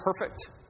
perfect